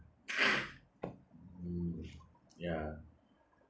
mm ya